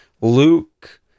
Luke